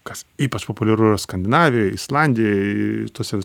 kas ypač populiaru skandinavijoj islandijoj tose